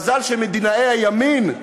מזל שמדינאי הימין,